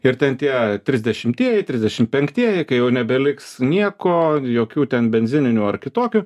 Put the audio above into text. ir ten tie trisdešimtieji trisdešim penktieji kai jau nebeliks nieko jokių ten benzininių ar kitokių